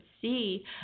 see